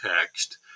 text